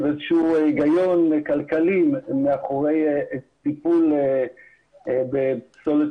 איזשהו היגיון כלכלי לטיפול בפסולת